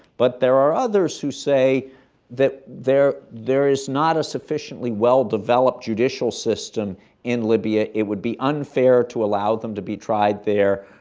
but there are others who say that there there is not a sufficiently well-developed judicial system in libya, it would be unfair to allow them to be tried there,